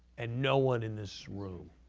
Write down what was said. and no one in this room